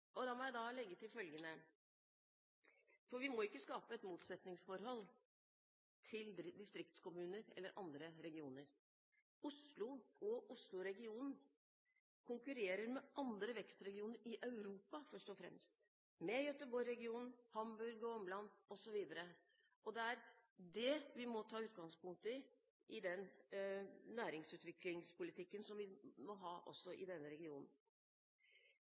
legge til følgende, for vi må ikke skape et motsetningsforhold til distriktskommuner eller andre regioner: Oslo og Oslo-regionen konkurrerer med andre vekstregioner i Europa, først og fremst – med Gøteborg-regionen, Hamburg og omland osv. Det er det vi må ta utgangspunkt i i den næringsutviklingspolitikken som vi må ha i denne regionen.